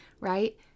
right